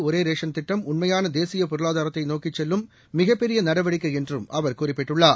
ஒரே ரேஷன் திட்டம் உன்மையான தேசிய பொருளாதாரத்தை நோக்கிக் செல்லும் மிகப்பெரிய நடவடிக்கை என்றும் அவர் குறிப்பிட்டுள்ளார்